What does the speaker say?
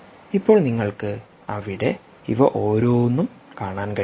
ഇപ്പോൾ നിങ്ങൾക്ക് അവിടെ ഇവ ഓരോന്നും കാണാൻ കഴിയും